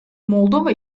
moldova